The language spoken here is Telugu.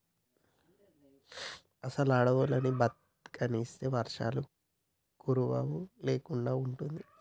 అసలు అడువుల్ని బతకనిస్తే వర్షాలకు కరువు లేకుండా ఉంటది